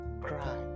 cry